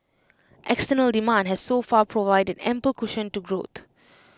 external demand has so far provided ample cushion to growth